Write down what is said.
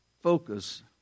focus